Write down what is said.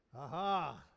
Aha